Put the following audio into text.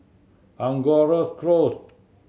Angoras Close